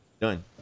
Done